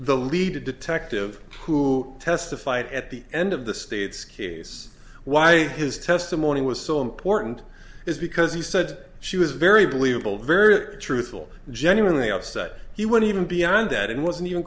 the lead detective who testified at the end of the state's case why his testimony was so important is because he said she was very believable very truthful genuinely upset he went even beyond that it wasn't even